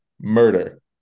murder